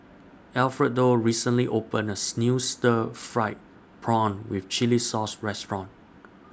Alfredo recently opened New Stir Fried Prawn with Chili Sauce Restaurant